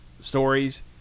stories